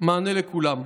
מענה לכולם.